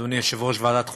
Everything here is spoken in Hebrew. אדוני יושב-ראש ועדת החוקה,